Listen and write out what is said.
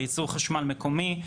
בייצור חשמל מקומי.